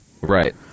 Right